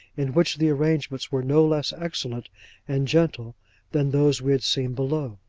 in which the arrangements were no less excellent and gentle than those we had seen below.